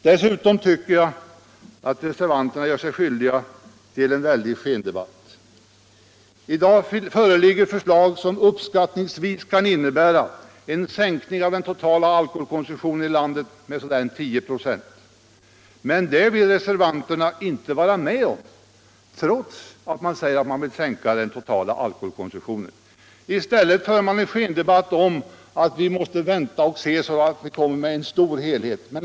Dessutom tycker jag att reservanterna här för en skendebatt. I dag föreligger förslag som uppskattningsvis kan innebära en sänkning av den totala alkoholkonsumtionen i landet på omkring 10 926 men det vill reservanterna inte vara med om, trots att de säger sig vilja sänka den totala alkoholkonsumtionen i landet på omkring 10 ”., men det vill reatt vi måste vänta och lösa problemen i ett större sammanhang.